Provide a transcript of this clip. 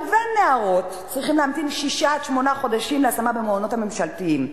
ונערות צריכים להמתין שישה עד שמונה חודשים להשמה במעונות הממשלתיים,